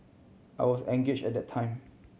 I was engage at that time